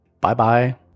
bye-bye